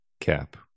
Cap